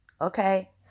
Okay